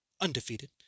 undefeated